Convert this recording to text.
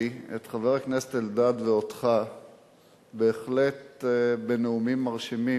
את חבר הכנסת אלדד ואותך בהחלט בנאומים מרשימים,